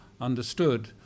understood